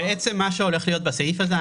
מה שהולך להיות בסעיף הזה,